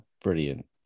brilliant